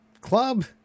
club